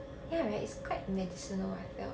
ya right it's quite medicinal I felt